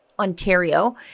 Ontario